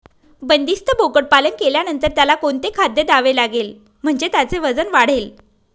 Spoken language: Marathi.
बंदिस्त बोकडपालन केल्यानंतर त्याला कोणते खाद्य द्यावे लागेल म्हणजे त्याचे वजन वाढेल?